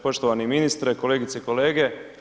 Poštovani ministre, kolegice i kolege.